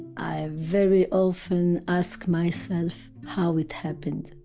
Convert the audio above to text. i very often ask myself, how it happened?